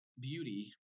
beauty